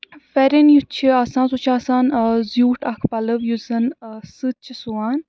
پھٮ۪رَن یُس چھِ آسان سُہ چھِ آسان زیوٗٹھ اکھ پَلو یُس زَن سٕژ چھِ سُوان